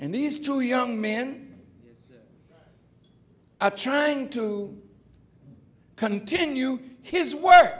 and these two young men trying to continue his work